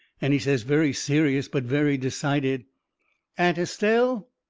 and he says very serious but very decided aunt estelle,